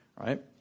right